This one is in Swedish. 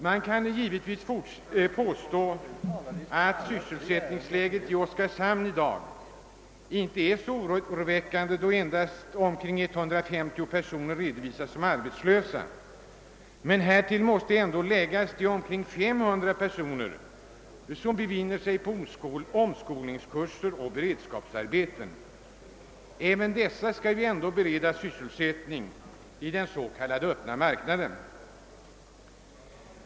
Man kan givetvis påstå att sysselsättningsläget i Oskarshamn i dag inte är så oroväckande då endast omkring 150 personer redovisas som arbetslösa, men härtill måste läggas de omkring 500 personer som befinner sig på omskolningskurser och beredskapsarbeten. Även dessa skall ju beredas sysselsättning i den s.k. öppna marknaden.